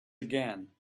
again